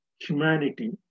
humanity